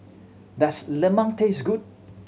does lemang taste good